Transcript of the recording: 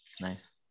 Nice